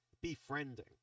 befriending